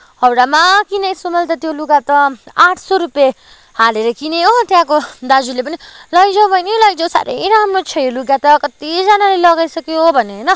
हाउडामा किनेछु मैले त त्यो लुगा त आठ सौ रुपियाँ हालेर किनेँ हो त्यहाँको दाजुले पनि लैजाऊ बहिनी लैजाऊ साह्रै राम्रो छ यो लुगा त कत्तिजनाले लगाइसक्यो भन्यो होइन